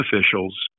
officials